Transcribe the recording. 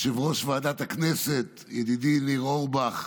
יושב-ראש ועדת הכנסת ידידי ניר אורבך,